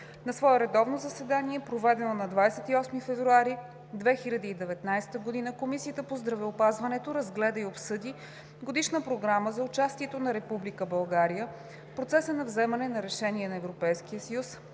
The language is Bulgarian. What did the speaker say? На свое редовно заседание, проведено на 28 февруари 2019 г., Комисията по здравеопазването разгледа и обсъди Годишна програма за участието на Република България в процеса на вземане на решения на Европейския съюз